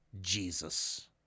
Jesus